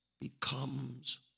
becomes